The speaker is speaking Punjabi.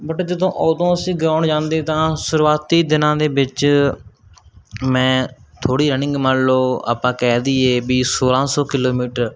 ਬਟ ਜਦੋਂ ਉਦੋਂ ਅਸੀਂ ਗਰਾਉਂਡ ਜਾਂਦੇ ਤਾਂ ਸ਼ੁਰੂਆਤੀ ਦਿਨਾਂ ਦੇ ਵਿੱਚ ਮੈਂ ਥੋੜ੍ਹੀ ਰਨਿੰਗ ਮੰਨ ਲਓ ਆਪਾਂ ਕਹਿ ਦਈਏ ਵੀ ਸੋਲ੍ਹਾਂ ਸੌ ਕਿਲੋਮੀਟਰ